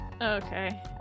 Okay